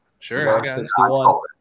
Sure